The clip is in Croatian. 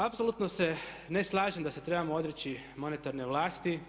Apsolutno se ne slažem da se trebamo odreći monetarne vlasti.